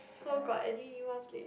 so got anyone